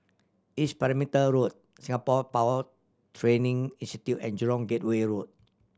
East Perimeter Road Singapore Power Training Institute and Jurong Gateway Road